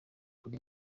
kuri